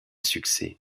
succès